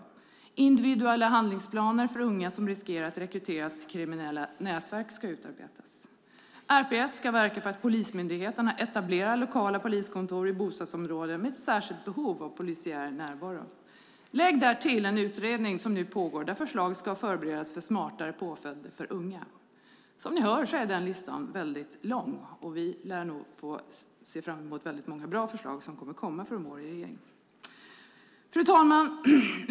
Det är vidare fråga om att individuella handlingsplaner för unga som riskerar att rekryteras till kriminella nätverk ska utarbetas. RPS ska verka för att polismyndigheterna etablerar lokala poliskontor i bostadsområden med särskilt behov av polisiär närvaro. Lägg därtill den utredning som nu pågår där förslag ska förberedas för smartare påföljder för unga. Som ni hör är listan lång, och vi lär nog få se fram emot många bra förslag från regeringen. Fru talman!